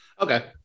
Okay